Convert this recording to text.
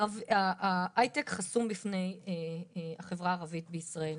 ההייטק חסום בפני החברה הערבית בישראל.